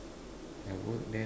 I work there